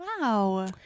Wow